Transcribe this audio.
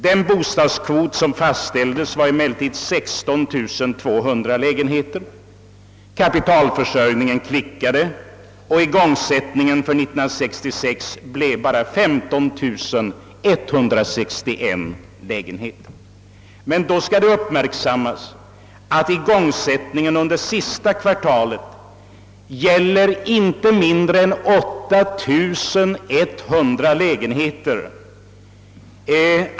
Den bostadskvot som fastställdes var emellertid 16 200 lägenheter. Men kapitalförsörjningen klickade, och igångsättningen för 1966 blev bara 15 161 lägenheter. Då skall uppmärksammas, att igångsättningen under det sista kvartalet gällde inte mindre än 8100 lägenheter.